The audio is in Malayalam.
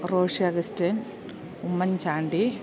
റോഷി അഗസ്റ്റിൻ ഉമ്മൻ ചാണ്ടി